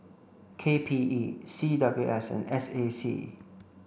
K P E C W S and S A C